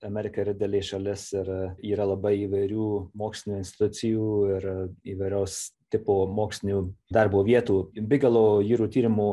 amerika yra didelė šalis ir yra labai įvairių mokslinių institucijų ir įvairaus tipo mokslinių darbo vietų bigelou jūrų tyrimų